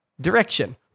Direction